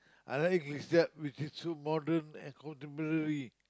I like Ikea which is so modern and contemporary